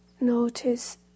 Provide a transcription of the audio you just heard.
notice